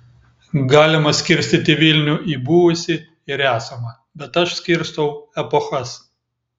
galima skirstyti vilnių į buvusį ir esamą bet aš skirstau epochas